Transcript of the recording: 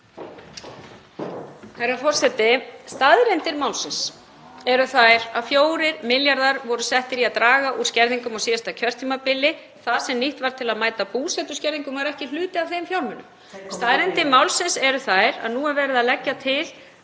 Herra forseti. Staðreyndir málsins eru þær að 4 milljarðar voru settir í að draga úr skerðingum á síðasta kjörtímabili. Það sem nýtt var til að mæta búsetuskerðingum var ekki hluti af þeim fjármunum. Staðreyndir málsins eru þær að nú er verið að leggja til